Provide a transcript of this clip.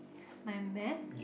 my math